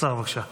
השר, בבקשה.